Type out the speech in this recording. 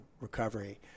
recovery